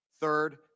Third